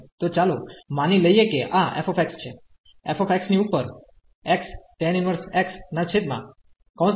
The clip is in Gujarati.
તો ચાલો માની લઈએ કે આ f છે